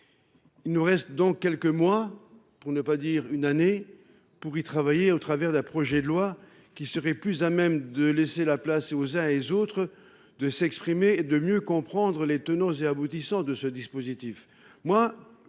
Il nous reste donc quelques mois, pour ne pas dire une année, pour y travailler au travers d’un projet de loi qui serait davantage de nature à laisser la possibilité aux uns et aux autres de s’exprimer et de mieux comprendre les tenants et aboutissants du sujet.